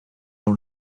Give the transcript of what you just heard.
dans